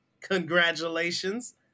Congratulations